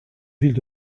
ville